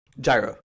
Gyro